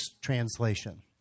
translation